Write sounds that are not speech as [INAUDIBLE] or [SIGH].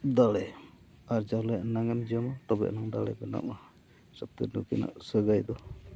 ᱫᱟᱲᱮ ᱟᱨ ᱡᱟᱦᱟᱸ ᱮᱱᱟᱱᱮᱢ ᱡᱚᱢᱟ ᱛᱚᱵᱮᱭᱮᱱᱟ ᱫᱟᱲᱮ ᱵᱮᱱᱟᱜᱼᱟ ᱥᱚᱵ [UNINTELLIGIBLE] ᱱᱩᱠᱤᱱᱟᱜ ᱥᱟᱹᱜᱟᱹᱭ ᱫᱚ